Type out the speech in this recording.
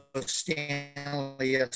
Stanley